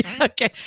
Okay